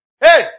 Hey